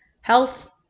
health